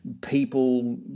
people